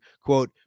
quote